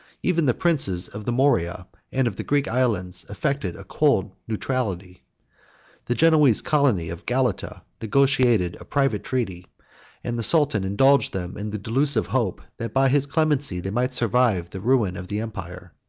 even the princes of the morea and of the greek islands affected a cold neutrality the genoese colony of galata negotiated a private treaty and the sultan indulged them in the delusive hope, that by his clemency they might survive the ruin of the empire.